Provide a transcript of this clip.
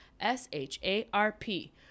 S-H-A-R-P